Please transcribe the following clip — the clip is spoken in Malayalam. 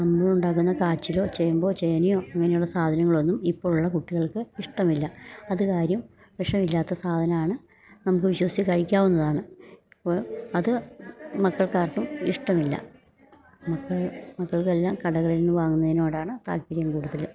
നമ്മളുണ്ടാക്കുന്ന കാച്ചിലോ ചേമ്പോ ചേനയോ അങ്ങനെയുള്ള സാധനങ്ങളൊന്നും ഇപ്പോഴുള്ള കുട്ടികൾക്ക് ഇഷ്ടമില്ല അത് കാര്യം വിഷമില്ലാത്ത സാധനമാണ് നമുക്ക് വിശ്വസിച്ച് കഴിക്കാവുന്നതാണ് അപ്പോൾ അത് മക്കൾക്കാർക്കും ഇഷ്ടമില്ല മക്കളെ മക്കൾക്കെല്ലാം കടകളിൽന്ന് വാങ്ങുന്നതിനോടാണ് താല്പര്യം കൂടുതല്